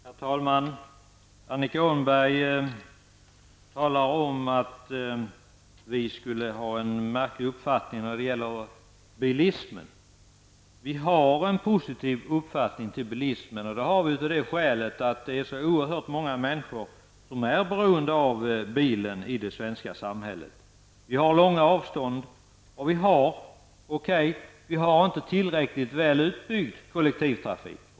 Herr talman! Annika Åhnberg hävdar att vi moderater skulle ha en märklig uppfattning när det gäller bilismen. Vi har en positiv uppfattning om bilismen. Det har vi av det skälet att det är så oerhört många människor som är beroende av bilen i det svenska samhället. Avstånden är långa, och kollektivtrafiken är inte tillräckligt väl utbyggd.